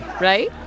Right